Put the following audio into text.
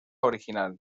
original